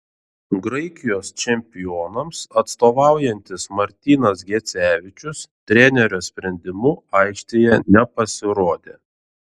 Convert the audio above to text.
graikijos čempionams atstovaujantis martynas gecevičius trenerio sprendimu aikštėje nepasirodė